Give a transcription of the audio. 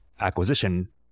acquisition